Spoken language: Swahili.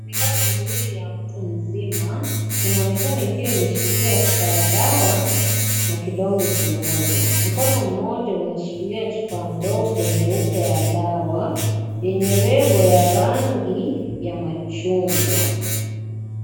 Mikono miwili ya mtu mzima inaonekana ikiwa imeshikilia chupa ya dawa na kidonge kimoja. Mkono mmoja ulioshikilia chupa ndogo nyeupe ya dawa yenye lebo ya rangi ya machungwa.